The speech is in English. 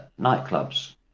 nightclubs